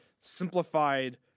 simplified